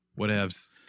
Whatevs